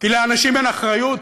כי לאנשים אין אחריות,